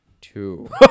Two